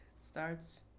starts